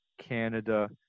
Canada